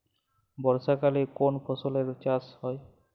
বর্ষাকালে কোন ফসলের চাষ হয়?